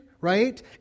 right